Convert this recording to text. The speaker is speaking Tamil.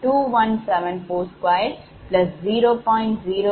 217420